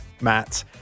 matt